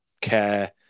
care